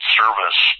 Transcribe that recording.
service